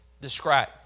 Describe